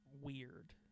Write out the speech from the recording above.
weird